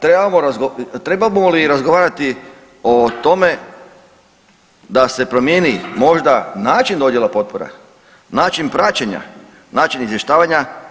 Trebamo li razgovarati o tome da se promijeni možda način dodjela potpore, način praćenja, način izvještavanja?